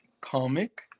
comic